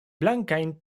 blankajn